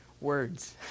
words